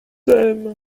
aime